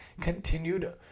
continued